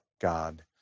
God